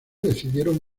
decidieron